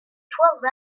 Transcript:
twelve